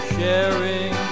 Sharing